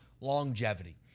longevity